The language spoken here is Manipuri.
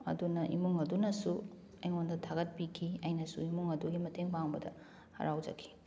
ꯑꯗꯨꯅ ꯏꯃꯨꯡ ꯑꯗꯨꯅꯁꯨ ꯑꯩꯉꯣꯟꯗ ꯊꯥꯒꯠꯄꯤꯈꯤ ꯑꯩꯅꯁꯨ ꯏꯃꯨꯡ ꯑꯗꯨꯒꯤ ꯃꯇꯦꯡ ꯄꯥꯡꯕꯗ ꯍꯔꯥꯎꯖꯈꯤ